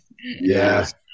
Yes